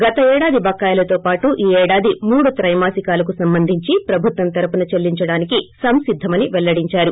గత ఏడాది బకాయిలతో పాటు ఈ ఏడాది మూడు తైమాసికాలకు విట్ ప్రభుత్వం తరపున చెల్లించడానికి సంసిద్దమని పెల్లడించారు